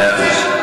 מאה אחוז.